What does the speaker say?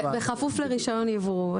בכפוף לרישיון יבוא.